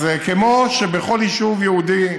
אז כמו שבכל יישוב יהודי,